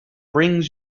brings